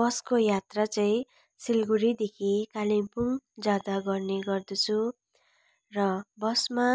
बसको यात्रा चाहिँ सिलगडीदेखि कालिम्पोङ जाँदा गर्ने गर्दछु र बसमा